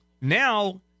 Now